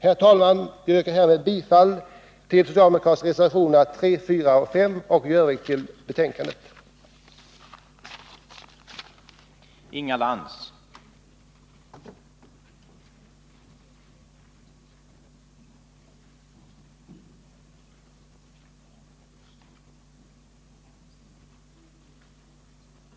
Herr talman! Jag yrkar härmed bifall till de socialdemokratiska reservationerna 3, 4 och 5 samt i övrigt bifall till utskottets hemställan.